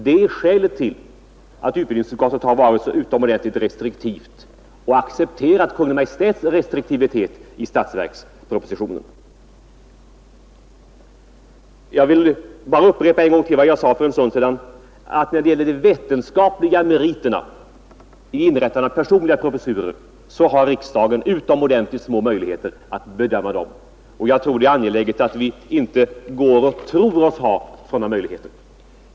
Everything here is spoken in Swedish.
Det är skälet till att utbildningsutskottet har varit så restriktivt och accepterat Kungl. Maj:ts restriktivitet i statsverkspropositionen. Jag vill vidare upprepa vad jag sade för en stund sedan, att de vetenskapliga meriterna vid inrättande av personliga professurer har riksdagen utomordentligt små möjligheter att bedöma. Det är angeläget att vi inte går och tror oss ha sådana möjligheter.